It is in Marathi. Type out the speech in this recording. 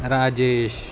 राजेश